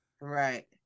right